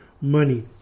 money